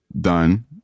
done